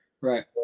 Right